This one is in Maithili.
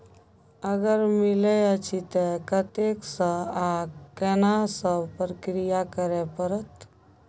अगर मिलय अछि त कत्ते स आ केना सब प्रक्रिया करय परत?